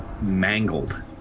mangled